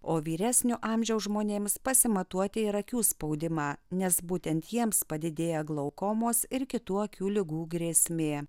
o vyresnio amžiaus žmonėms pasimatuoti ir akių spaudimą nes būtent jiems padidėja glaukomos ir kitų akių ligų grėsmė